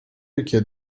ülke